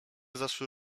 zaszły